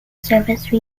service